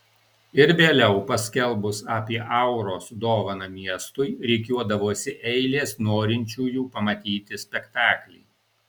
ir vėliau paskelbus apie auros dovaną miestui rikiuodavosi eilės norinčiųjų pamatyti spektaklį